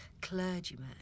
clergyman